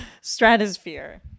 stratosphere